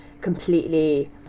completely